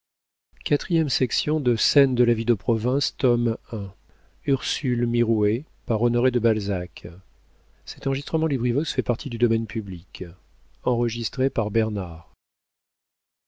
de scène de la vie de province tome i author honoré de balzac